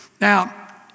Now